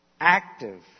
Active